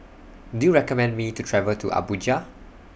Do YOU recommend Me to travel to Abuja